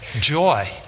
joy